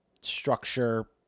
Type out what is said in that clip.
structure